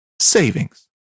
savings